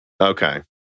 Okay